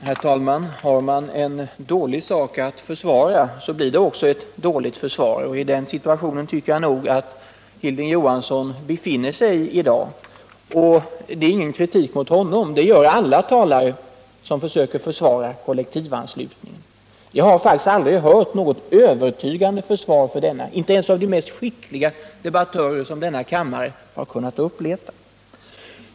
Herr talman! Har man en dålig sak att försvara så blir det också ett dåligt försvar. I den situationen tycker jag nog att Hilding Johansson befinner sig i dag. Det är ingen personlig kritik mot honom, därför att det gäller alla talare 125 som försöker försvara kollektivanslutning. Jag har faktiskt aldrig hört något övertygande försvar för denna, inte ens från de skickligaste debattörer som denna kammare har kunnat uppleta.